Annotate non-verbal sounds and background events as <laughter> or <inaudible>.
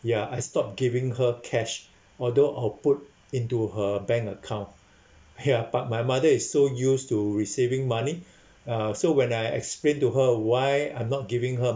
ya I stopped giving her cash although I'll put into her bank account ya but my mother is so used to receiving money <breath> uh so when I explained to her why I'm not giving her